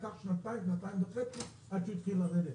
ולקח שנתיים-שנתיים וחצי עד שהוא התחיל לרדת.